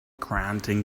grating